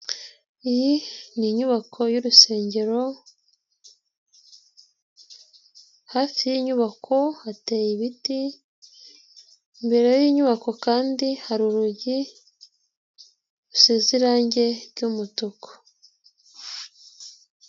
Iyi ni inyubako y'urusengero, hafi y'iyi inyubako hateye ibiti, imbere y'iyi nyubako kandi hari urugi rusize irangi ry'umutuku.